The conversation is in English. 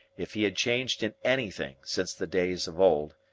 if he had changed in anything since the days of old,